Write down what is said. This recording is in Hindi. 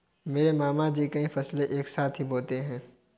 मेरे मामा जी कई फसलें एक साथ ही बोते है